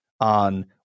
on